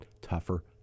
tougher